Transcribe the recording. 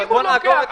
בוא נעזוב את זה.